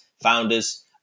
founders